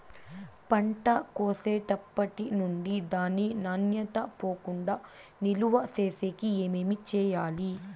పంట కోసేటప్పటినుండి దాని నాణ్యత పోకుండా నిలువ సేసేకి ఏమేమి చేయాలి?